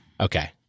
Okay